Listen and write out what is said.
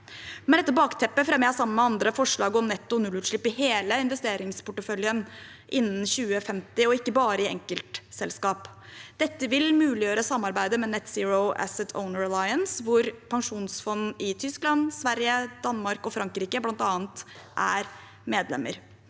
Mot dette bakteppet fremmer jeg, sammen med andre, forslag om netto nullutslipp i hele investeringsporteføljen innen 2050, og ikke bare i enkeltselskap. Dette vil muliggjøre samarbeidet med Net-Zero Asset Owner Alliance, hvor pensjonsfond i Tyskland, Sverige, Danmark og Frankrike bl.a. er medlemmer.